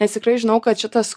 nes tikrai žinau kad šitas